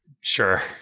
Sure